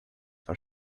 for